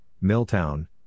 Milltown